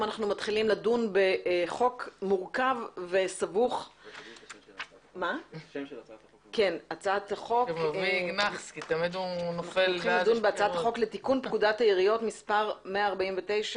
סדר-היום: הצעת חוק לתיקון פקודת העיריות (מס' 149)